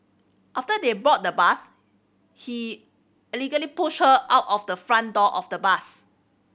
after they boarded the bus he allegedly pushed her out of the front door of the bus